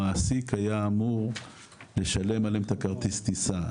המעסיק היה אמור לשלם עליהם את הכרטיס טיסה,